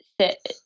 sit